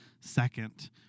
second